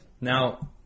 Now